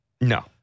No